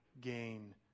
gain